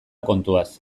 kontuaz